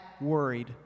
worried